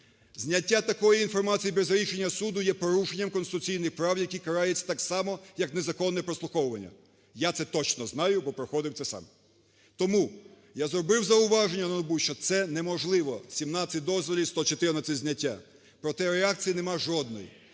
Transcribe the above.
Зняття такої інформації без рішення суду є порушенням конституційних прав, які караються так само, як незаконне прослуховування. Я це точно знаю, бо проходив це сам. Тому я зробив зауваження НАБУ, що це неможливо: 17 дозволів і 114 зняття. Проте реакції нема жодної.